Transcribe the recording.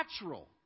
natural